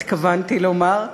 התכוונתי לומר,